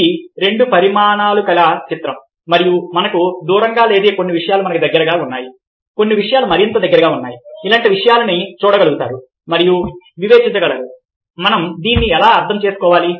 ఇది రెండు పరిమాణాలు కల చిత్రం మరియు మనకు దూరంగా లేదా కొన్ని విషయాలు మనకు దగ్గరగా ఉన్నాయి కొన్ని విషయాలు మరింత దూరంగా ఉన్నాయి ఇలాంటి విషయాలను చూడగలుగుతారు మరియు వివేచించ గలరు మనం దీన్ని ఎలా అర్థం చేసుకోవాలి